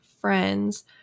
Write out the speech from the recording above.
friends